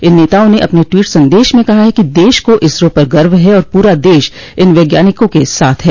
इन नेताओं ने अपने टवीट संदेश में कहा कि देश को इसरो पर गर्व है और पूरा देश इन वैज्ञानिकों के साथ है